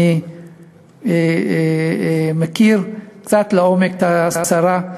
אני מכיר קצת לעומק את השרה.